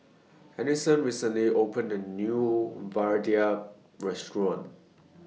Alisson recently opened A New Vadai Restaurant